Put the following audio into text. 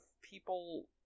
people